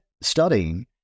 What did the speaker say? studying